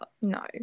no